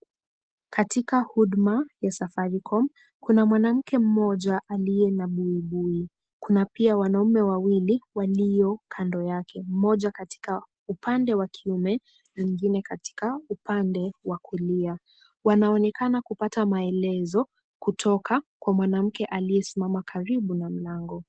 Katika huduma ya safaricom, kuna mwanamke mmoja aliye na buibui. Kuna pia wanaume wawili walio kando yake. Mmoja katika upande wa kiume na mwingine katika upande wa kulia. Wanaonekana hupata maelezo kutoka kwa mwanamke aliyesimama karibu na mlango.